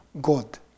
God